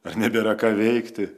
ar nebėra ką veikti